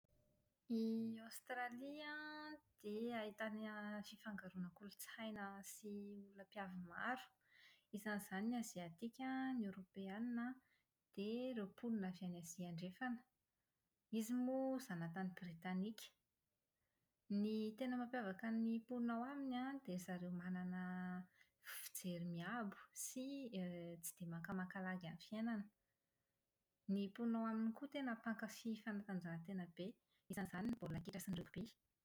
I Aostralia an, dia ahitàna fifangaroana kolotsaina sy fiavy maro. Isan'izany ny aziatika, ny koreana, dia ireo mponina avy any azia andrefana. Izy moa zanatany britanika. Ny tena mampiavaka ny mponina ao aminy an, dia zareo manana fijery miabo sy > tsy dia makamaka lagy amin'ny fiainana. Ny mponina ao aminy koa tena mpankafy fanatanjahantena be, isan'izany ny baolina kitra sy ny ringoby.